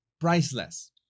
priceless